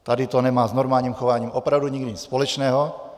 Tady to nemá s normálním chováním opravdu nic společného.